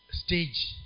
stage